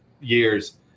years